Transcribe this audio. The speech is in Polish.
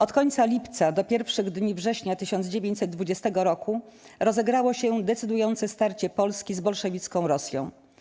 Od końca lipca do pierwszych dni września 1920 roku rozegrało się decydujące starcie Polski z bolszewicką Rosją.